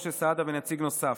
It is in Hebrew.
משה סעדה ונציג נוסף,